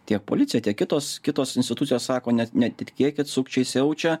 tiek policija tiek kitos kitos institucijos sako net netiktiekit sukčiai siaučia